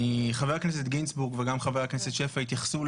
חבר הכנסת גינזבורג וגם חבר הכנסת שפע התייחסו